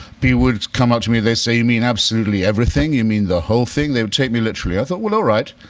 would come up to me, they'd say, you mean absolutely everything, you mean the whole thing? they'd take me literally. i thought, well, all right.